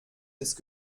ist